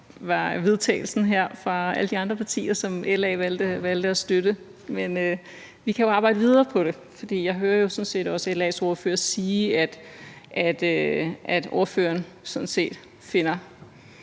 vedtagelse fra alle de andre partier, som LA valgte at støtte. Men vi kan jo arbejde videre på det, for jeg hører sådan set også LA's ordfører sige, at ordføreren sådan set finder